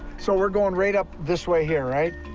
so we're going right up this way here, right?